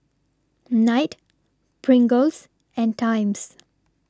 Knight Pringles and Times